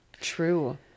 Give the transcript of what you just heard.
true